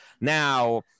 now